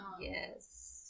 Yes